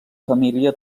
família